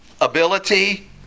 ability